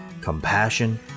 compassion